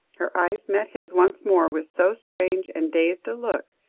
her eyes met his once more, with so strange and dazed a look,